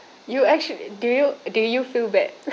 you actua~ do you do you feel bad